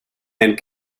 and